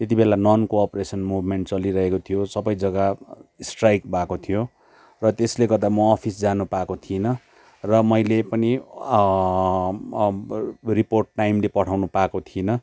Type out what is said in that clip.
त्यतिबेला non cooperation movement चलिरहेको थियो सबैजगा स्ट्राइक भएको थियो र त्यसले गर्दा म अफिस जानु पाएको थिइनँ र मैले पनि रिपोर्ट टाइमली पठाउनु पाएको थिइनँ